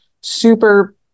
super